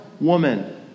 woman